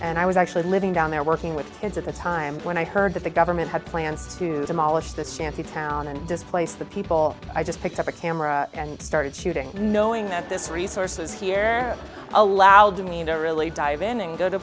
and i was actually living down there working with kids at the time when i heard that the government had plans to demolish this shanty town and displace the people i just picked up a camera and started shooting knowing that this resource is here allowed me to really dive in and go to